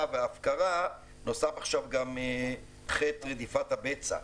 וההפקרה נוסף עכשיו גם חטא רדיפת הבצע,